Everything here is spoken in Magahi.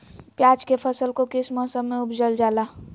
प्याज के फसल को किस मौसम में उपजल जाला?